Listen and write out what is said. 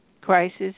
crisis